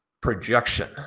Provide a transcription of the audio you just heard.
projection